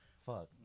Fuck